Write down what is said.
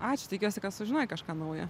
ačiū tikiuosi kad sužinojai kažką naujo